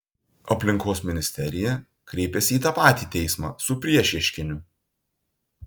aplinkos ministerija kreipėsi į tą patį teismą su priešieškiniu